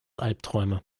albträume